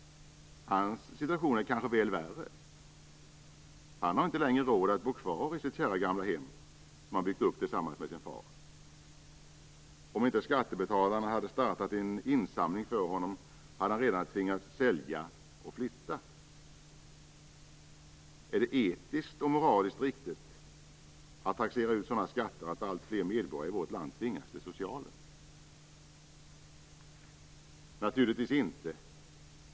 Hans situation är kanske värre. Han har inte längre råd att bo kvar i sitt kära gamla hem som han byggt upp tillsammans med sin far. Om inte Skattebetalarna hade startat en insamling för honom hade han redan tvingats sälja och flytta. Är det etiskt och moraliskt riktigt att taxera ut sådana skatter att allt fler medborgare i vårt land tvingas till socialen? Naturligtvis inte.